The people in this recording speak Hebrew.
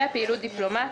3. פעילות דיפלומטית.